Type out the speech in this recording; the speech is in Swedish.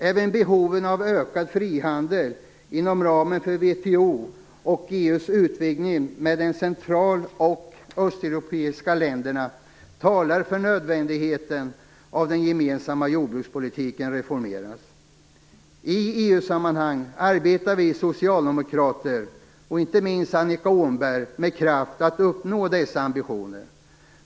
Även behoven av ökad frihandel inom ramen för VHO och EU:s utvidgning med de central och östeuropeiska länderna talar för nödvändigheten av att den gemensamma jordbrukspolitiken reformeras. I EU-sammanhang arbetar vi socialdemokrater, inte minst Annika Åhnberg, med kraft för att uppnå dessa ambitioner.